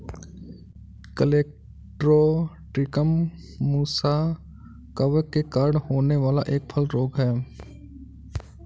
colletotrichum मुसा कवक के कारण होने वाला एक फल रोग है